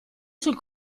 sul